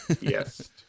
Yes